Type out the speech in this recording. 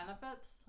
benefits